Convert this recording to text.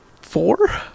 four